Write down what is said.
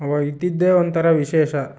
ಅವಾಗ ಇದ್ದಿದ್ದೇ ಒಂಥರ ವಿಶೇಷ